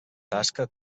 tasca